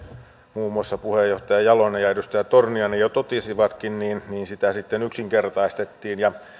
muun muassa puheenjohtaja jalonen ja edustaja torniainen jo totesivatkin niin sitä sitten yksinkertaistettiin